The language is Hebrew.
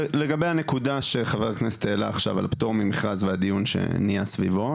לגבי הנקודה שחבר הכנסת העלה עכשיו על הפטור ממכרז והדיון שנהיה סביבו,